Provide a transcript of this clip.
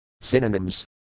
Synonyms